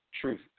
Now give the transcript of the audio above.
truth